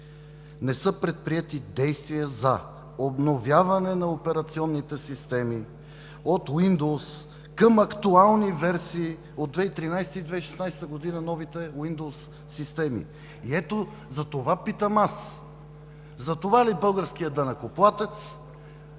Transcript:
„Не са предприети действия за обновяване на операционните системи от Windows към актуални версии от 2013 г. и 2016 г. – новите Windows системи.“ Ето затова питам аз: затова ли българският данъкоплатец,